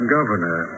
Governor